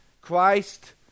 Christ